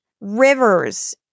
rivers